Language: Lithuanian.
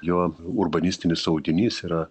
jo urbanistinis audinys yra